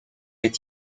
est